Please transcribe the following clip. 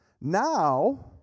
Now